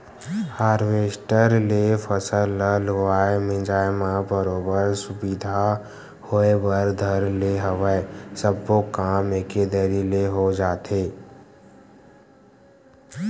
harvester ले फसल ल लुवाए मिंजाय म बरोबर सुबिधा होय बर धर ले हवय सब्बो काम एके दरी ले हो जाथे